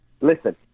listen